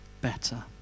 better